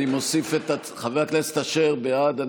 אני מוסיף, בעד.